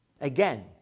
Again